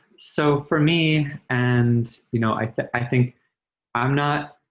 so for me, and you know i i think i'm not.